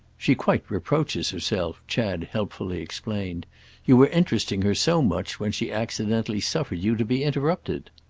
she quite reproaches herself, chad helpfully explained you were interesting her so much when she accidentally suffered you to be interrupted.